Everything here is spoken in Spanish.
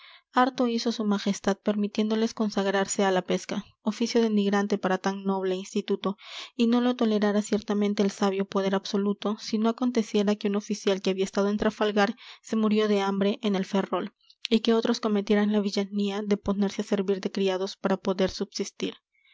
harto hizo su majestad permitiéndoles consagrarse a la pesca oficio denigrante para tan noble instituto y no lo tolerara ciertamente el sabio poder absoluto si no aconteciera que un oficial que había estado en trafalgar se murió de hambre en el ferrol y que otros cometieran la villanía de ponerse a servir de criados para poder subsistir